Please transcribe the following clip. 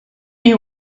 you